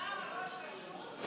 למה ראש עיר יודע פחות טוב ממך?